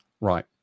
Right